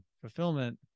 fulfillment